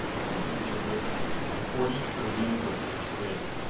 in each of which forty korean workers lived.